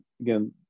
again